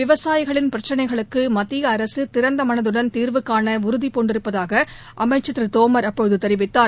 விவசாயிகளின் பிரச்சினைகளுக்கு மத்திய அரசு திறந்த மனதுடன் தீர்வுகாண உறுதிபூண்டிருப்பதாக அமைச்சர் திரு தோமர் அப்போது தெரிவித்தார்